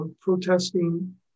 protesting